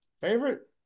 Favorite